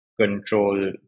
control